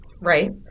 Right